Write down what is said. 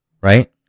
right